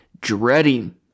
Dreading